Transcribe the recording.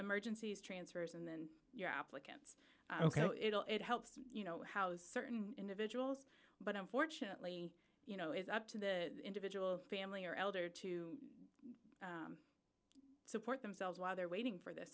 emergencies transfers and then your applicants ok so it'll it helps you know how certain individuals but unfortunately you know it's up to the individual family or elder to support themselves while they're waiting for this